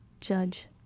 judge